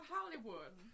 Hollywood